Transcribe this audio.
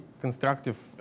constructive